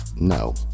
No